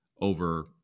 over